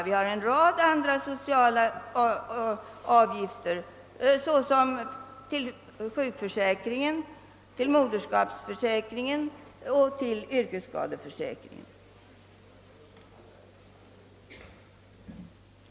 Det finns en rad andra sociala avgifter som han betalar, t.ex. avgifter till sjukförsäkring, moderskapsförsäkring och yrkesskadeförsäkring.